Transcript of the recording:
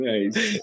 Nice